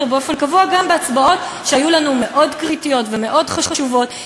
באופן קבוע גם בהצבעות שהיו לנו מאוד קריטיות ומאוד חשובות.